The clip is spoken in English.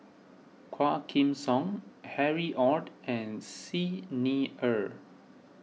Quah Kim Song Harry Ord and Xi Ni Er